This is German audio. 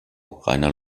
reiner